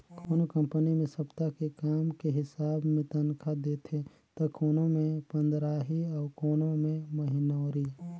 कोनो कंपनी मे सप्ता के काम के हिसाब मे तनखा देथे त कोनो मे पंदराही अउ कोनो मे महिनोरी